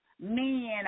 men